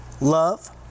love